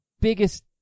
biggest